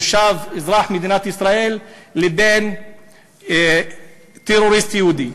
תושב, אזרח מדינת ישראל, לעומת טרוריסט יהודי.